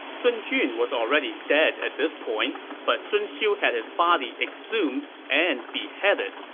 sun jun was already dead at this point, but sun xiu had his body exhumed and beheaded.